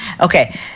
Okay